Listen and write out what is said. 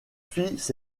ses